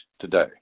today